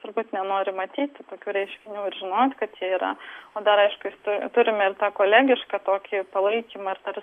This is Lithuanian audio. turbūt nenori matyti tokių reiškinių ir žinot kad jie yra o dar aišku turime ir tą kolegišką tokį palaikymą ir dar